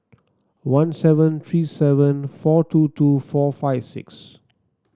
one seven three seven four two two four five six